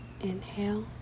Inhale